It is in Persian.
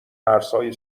مرزهای